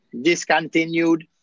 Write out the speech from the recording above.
discontinued